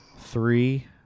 Three